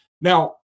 Now